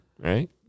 right